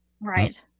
Right